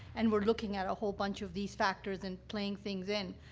and we're looking at a whole bunch of these factors and playing things in.